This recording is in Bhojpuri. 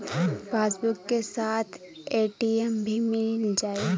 पासबुक के साथ ए.टी.एम भी मील जाई?